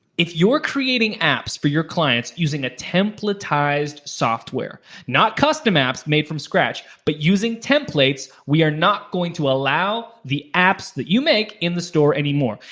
if you're creating apps for your clients using a templatized software, not custom apps made from scratch, but using templates, we not going to allow the apps that you make in the store anymore.